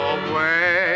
away